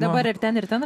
dabar ir ten ir ten